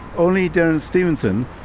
only derrance stevenson,